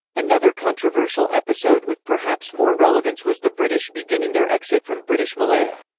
another controversial episode with perhaps more relevance was the british beginning their exit from british malaya.